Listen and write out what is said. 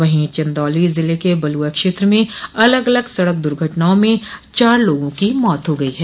वहीं चन्दौली ज़िले के बलुआ क्षेत्र में अलग अलग सड़क दुर्घटनाओं में चार लोगों की मौत हो गई है